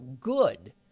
good